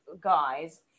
guys